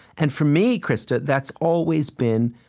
and for me, krista, that's always been,